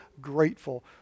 grateful